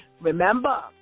Remember